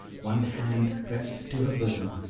one hand pressed to her bosom,